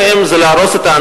מעל במת הכנסת,